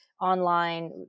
online